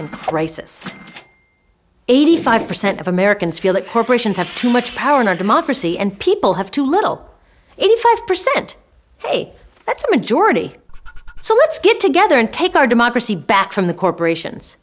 crisis eighty five percent of americans feel that corporations have too much power in our democracy and people have too little eighty five percent say that's a majority so let's get together and take our democracy back from the corporations